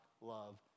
love